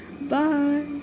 bye